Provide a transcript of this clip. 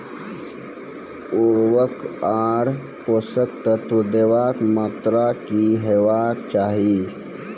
उर्वरक आर पोसक तत्व देवाक मात्राकी हेवाक चाही?